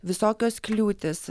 visokios kliūtys